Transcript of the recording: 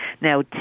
Now